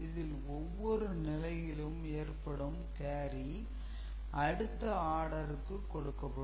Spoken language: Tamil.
இதில் ஒவ்வொரு நிலையிலும் ஏற்படும் கேரி அடுத்த ஆடருக்கு கொடுக்கப்படும்